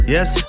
Yes